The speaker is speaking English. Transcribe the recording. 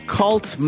cult